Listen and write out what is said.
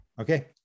Okay